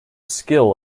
skill